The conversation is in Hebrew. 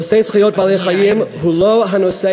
נושא זכויות בעלי-חיים הוא לא הנושא